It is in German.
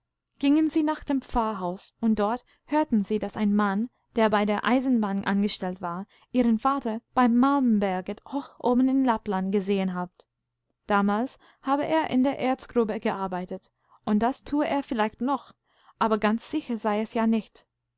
fanden sie das haus in hellen flammen stehen danngingensienachdempfarrhaus unddorthörtensie daßeinmann der bei der eisenbahn angestellt war ihren vater bei malmberget hoch oben in lappland gesehen habt damals habe er in der erzgrube gearbeitet und das tue er vielleicht noch aber ganz sicher sei es ja nicht